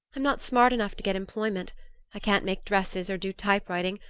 i'm not smart enough to get employment i can't make dresses or do type-writing,